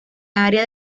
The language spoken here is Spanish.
área